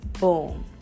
boom